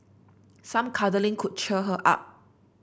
some cuddling could cheer her up